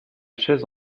chaise